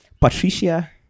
Patricia